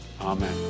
Amen